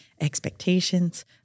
expectations